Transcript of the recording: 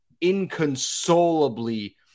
inconsolably